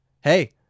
hey